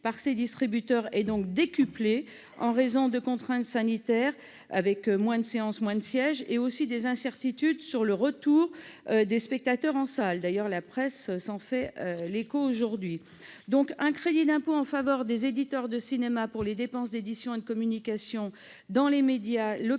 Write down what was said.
par ces distributeurs est décuplé en raison des contraintes sanitaires- moins de séances, moins de sièges ... -et des incertitudes sur le retour des spectateurs en salles, dont la presse s'est fait l'écho aujourd'hui. Un crédit d'impôt en faveur des éditeurs de cinéma pour les dépenses d'édition et de communication dans des médias